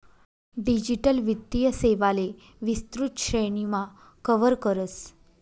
digital वित्तीय सेवांले विस्तृत श्रेणीमा कव्हर करस